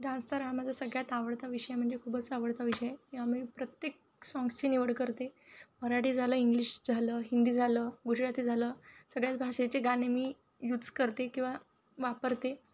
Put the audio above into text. dance तर हा माझा सगळ्यात आवडता विषय म्हणजे खूपच आवडता विषय या आ मही प्रत्येक साँग्सची निवड करते मराठी झालं इंग्लिश झालं हिंदी झालं गुजराती झालं सगळ्याच भाषेचे गाणे मी यूज करते किंवा वापरते